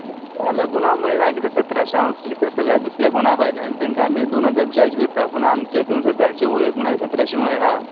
तेका लागून हांव म्हटलें कित्याक हांव सतराशे हांव दुसरे कोणाक भायल्यान तेंका आमी दोन हजार भाडें चार्ज करता पूण आमचेत न्हू सदांची ओळख म्हण हायेन सतराशें म्हुणलां